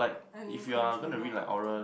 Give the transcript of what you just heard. I needa control my laughter